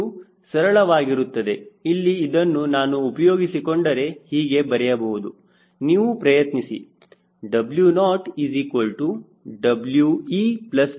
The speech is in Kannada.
ಇದು ಸರಳವಾಗಿರುತ್ತದೆ ಇಲ್ಲಿ ಇದನ್ನು ನಾನು ಉಪಯೋಗಿಸಿಕೊಂಡರೆ ಹೀಗೆ ಬರೆಯುವುದು ನೀವು ಪ್ರಯತ್ನಿಸಿ